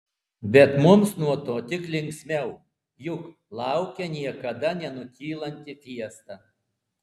bet mums nuo to tik linksmiau juk laukia niekada nenutylanti fiesta